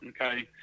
Okay